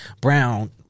Brown